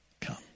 come